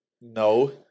no